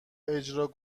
اجرا